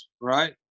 right